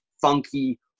funky